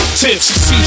tips